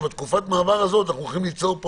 שבתקופת המעבר הזאת אנחנו הולכים ליצור פה